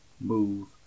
move